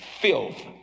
filth